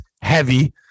heavy